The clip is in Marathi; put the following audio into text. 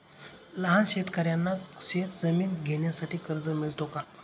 लहान शेतकऱ्यांना शेतजमीन घेण्यासाठी कर्ज मिळतो का?